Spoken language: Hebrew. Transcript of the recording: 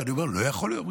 ואני אומר: לא יכול להיות.